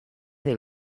del